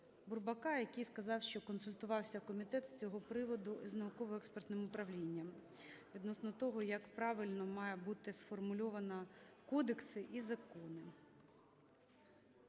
Бурбака, який сказав, що консультувався комітет з цього приводу з науково-експертним управлінням відносно того, як правильно має бути сформульовано кодекси і закони.